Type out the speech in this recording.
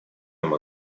нем